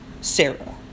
Sarah